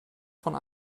von